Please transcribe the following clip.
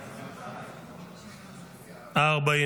נתקבל.